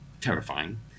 terrifying